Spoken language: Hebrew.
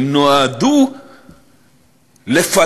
הן נועדו לפתות,